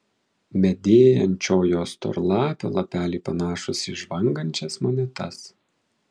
medėjančiojo storlapio lapeliai panašūs į žvangančias monetas